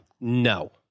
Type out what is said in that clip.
No